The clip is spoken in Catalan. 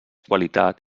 qualitat